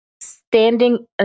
standing